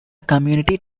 community